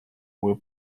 were